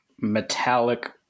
Metallic